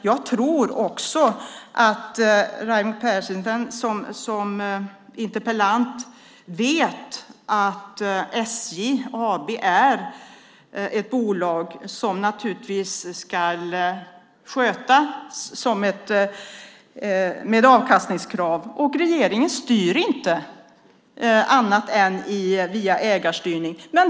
Jag tror att Raimo Pärssinen som interpellant vet att SJ AB är ett bolag som ska skötas med avkastningskrav. Regeringen styr inte, utom via ägarstyrning.